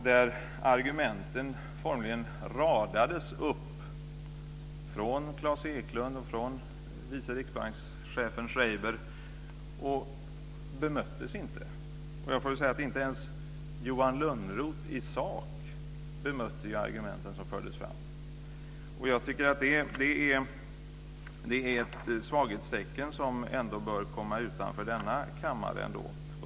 Där formligen radades argumenten upp från Klas Eklund och från vice riksbankschefen Srejber, och bemöttes inte. Inte ens Johan Lönnroth bemötte i sak de argument som fördes fram. Jag tycker att det är ett svaghetstecken, som bör komma utanför denna kammare.